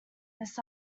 this